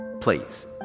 Please